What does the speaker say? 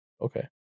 Okay